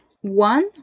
one